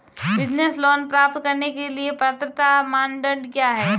Business loan प्राप्त करने के लिए पात्रता मानदंड क्या हैं?